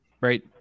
right